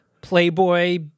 playboy